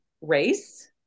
race